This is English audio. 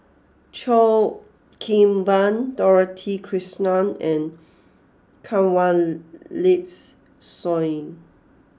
Cheo Kim Ban Dorothy Krishnan and Kanwaljit Soin